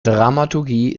dramaturgie